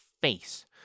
face